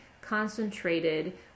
concentrated